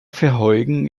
verheugen